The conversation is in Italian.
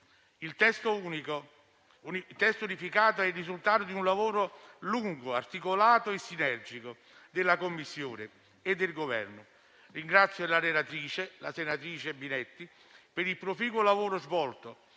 Il testo unificato è il risultato di un lavoro lungo, articolato e sinergico della Commissione e del Governo. Ringrazio la relatrice, senatrice Binetti, per il proficuo lavoro svolto